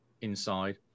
inside